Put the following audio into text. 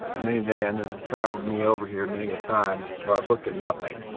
mini-van that has traveled me over here many a time where i've looked at nothing